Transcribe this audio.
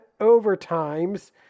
overtimes